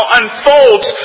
unfolds